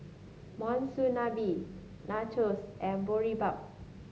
Monsunabe Nachos and Boribap